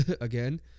again